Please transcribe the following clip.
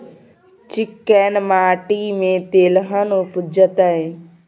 चिक्कैन माटी में तेलहन उपजतै?